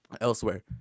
elsewhere